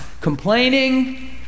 Complaining